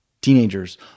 Teenagers